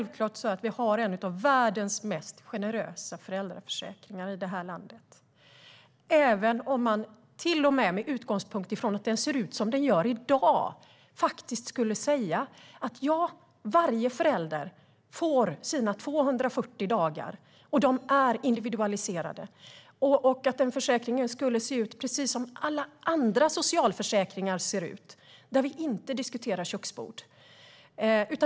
Vi har en av världens mest generösa föräldraförsäkringar i det här landet, till och med om man - med utgångspunkt i att den ser ut som den gör i dag - faktiskt skulle säga att varje förälder får sina 240 dagar och att de är individualiserade. Det skulle gälla även om försäkringen såg ut precis som alla andra socialförsäkringar gör och där vi inte diskuterar köksbord.